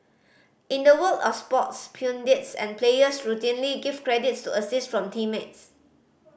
in the world of sports pundits and players routinely give credits to assist from teammates